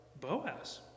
Boaz